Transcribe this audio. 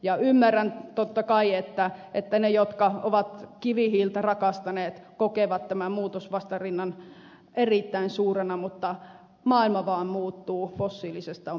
ja ymmärrän totta kai että ne jotka ovat kivihiiltä rakastaneet kokevat tämän muutoksen erittäin suurena mutta maailma vaan muuttuu fossiilisesta on päästävä eroon